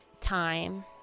time